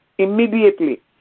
immediately